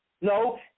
no